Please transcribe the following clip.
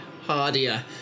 hardier